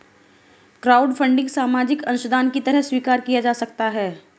crowdfunding सामाजिक अंशदान की तरह स्वीकार किया जा सकता है